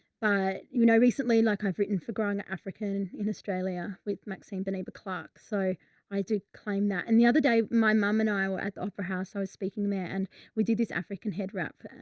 but you know, recently, like i've written for growing up african in australia with maxine belabor clarke. so i do claim that. and the other day my mum and i were at the opera house. i was speaking there and we did this african head wrap, and